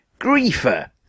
griefer